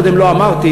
קודם לא אמרתי,